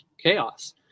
chaos